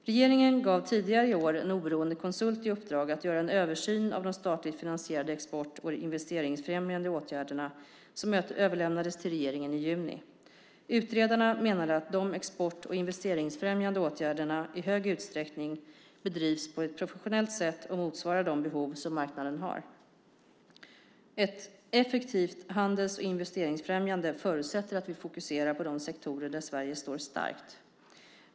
Regeringen gav tidigare i år en oberoende konsult i uppdrag att göra en översyn av de statligt finansierade export och investeringsfrämjande åtgärderna, som överlämnades till regeringen i juni. Utredarna menade att de export och investeringsfrämjande åtgärderna i hög utsträckning bedrivs på ett professionellt sätt och motsvarar de behov som marknaden har. Ett effektivt handels och investeringsfrämjande förutsätter att vi fokuserar på de sektorer där Sverige står starkt.